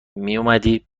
میومدی